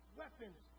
weapons